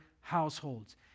households